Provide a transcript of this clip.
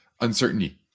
uncertainty